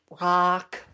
rock